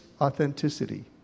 authenticity